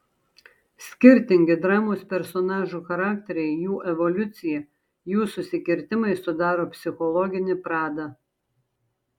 skirtingi dramos personažų charakteriai jų evoliucija jų susikirtimai sudaro psichologinį pradą